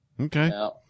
Okay